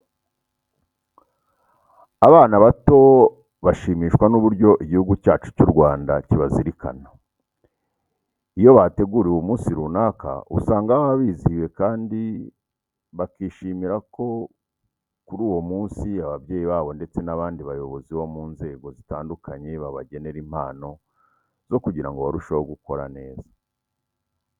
Abana bato bashimishwa n'uburyo Igihugu cyacu cy'u Rwanda kibazirikana. Iyo bateguriwe umunsi runaka, usanga baba bizihiwe kandi bakishimira ko kuri uwo munsi ababyeyi babo ndetse n'abandi bayobozi bo mu nzego zitandukanye babagenera impano zo kugira ngo barusheho gukora neza.